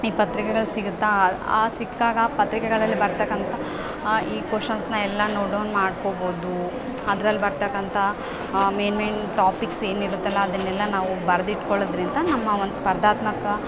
ಈ ಪತ್ರಿಕೆಗಳು ಸಿಗುತ್ತಾ ಸಿಕ್ಕಾಗ ಪತ್ರಿಕೆಗಳಲ್ಲಿ ಬರ್ತಕ್ಕಂಥ ಈ ಕೊಷನ್ಸ್ನ ಎಲ್ಲ ನೋಟ್ ಡೌನ್ ಮಾಡ್ಕೋಬೋದು ಅದ್ರಲ್ಲಿ ಬರ್ತಕ್ಕಂಥ ಮೇಯ್ನ್ ಮೇಯ್ನ್ ಟಾಪಿಕ್ಸ್ ಏನಿರತ್ತಲ್ಲ ಅದನ್ನೆಲ್ಲ ನಾವು ಬರ್ದಿಟ್ಕೊಳ್ಳೋದರಿಂದ ನಮ್ಮ ಒಂದು ಸ್ಪರ್ಧಾತ್ಮಕ